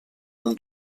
nom